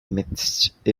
midst